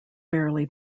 barely